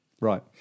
Right